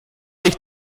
sich